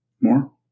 More